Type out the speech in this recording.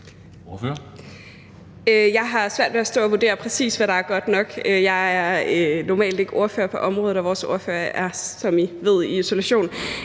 Jeg har svært ved at stå og vurdere, præcis hvad der er godt nok – jeg er normalt ikke ordfører på området, og vores ordfører er, som